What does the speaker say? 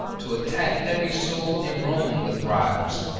to attack every soul in rome with bribes.